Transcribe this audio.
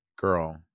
girl